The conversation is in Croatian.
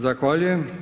Zahvaljujem.